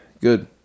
Good